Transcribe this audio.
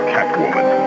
Catwoman